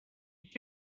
did